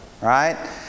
right